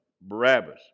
Barabbas